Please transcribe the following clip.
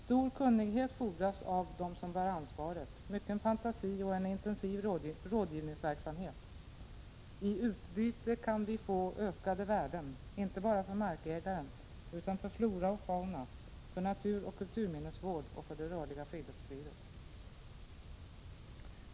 Stor kunnighet fordras av dem som bär ansvaret, mycken fantasi och en intensiv rådgivningsverksamhet. I utbyte kan vi få ökade värden, inte bara för markägaren utan för flora, fauna, naturoch kulturminnesvård och för det rörliga friluftslivet.